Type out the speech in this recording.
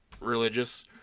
religious